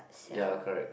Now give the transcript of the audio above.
ya correct